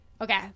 Okay